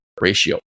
ratio